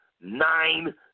nine